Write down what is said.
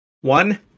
One